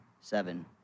seven